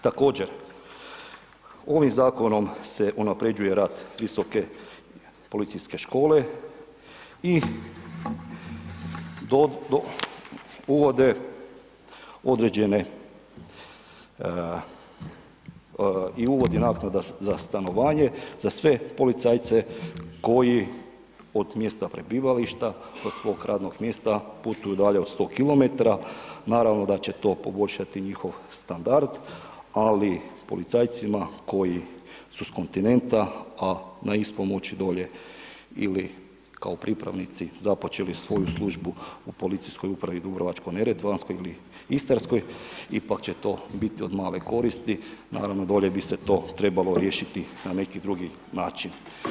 Također, ovim zakonom se unapređuje rad Visoke policijske škole i uvode određene i uvodi naknada za stanovanje za sve policajce koji od mjesta prebivališta do svog radnog mjesta putuju dalje od 100 km, naravno da će to poboljšati njihov standard, ali policajcima koji su s kontinenta, a na ispomoći dolje ili kao pripravnici započeli svoju službu u PU dubrovačko-neretvanskoj ili Istarskoj, ipak će to bit od male koristi, naravno, dolje bi se to trebalo riješiti na neki drugi način.